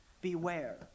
Beware